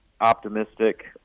optimistic